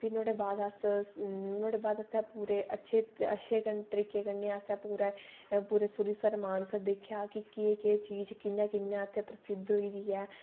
फ्ही बाद नुआढ़े बाद अच्छे अच्छे तरीके कन्नै असें पूरे सरूईंसर मानसर दिक्खेआ कि केह् केह् चीज कि'यां कि'यां उत्थै प्रसिद्ध होई दी ऐ